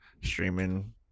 streaming